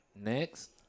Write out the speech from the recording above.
Next